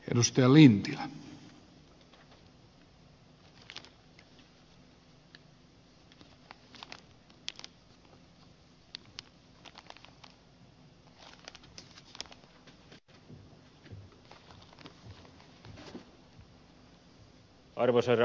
arvoisa herra puhemies